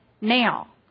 now